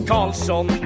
Carlson